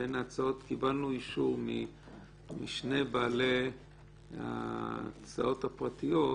קיבלנו אישור משני בעלי ההצעות הפרטיות,